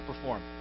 perform